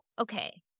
Okay